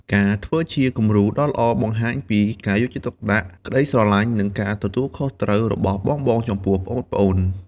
ការធ្វើជាគំរូដ៏ល្អបង្ហាញពី ការយកចិត្តទុកដាក់ ក្ដីស្រឡាញ់ និងការទទួលខុសត្រូវ របស់បងៗចំពោះប្អូនៗ ។